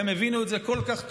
והם הבינו את זה כל כך טוב,